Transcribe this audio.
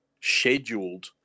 scheduled